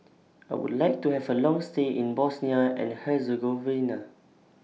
I Would like to Have A Long stay in Bosnia and Herzegovina